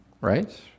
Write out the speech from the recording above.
right